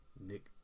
Nick